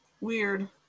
Weird